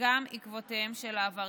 גם עקבותיהם של העבריינים.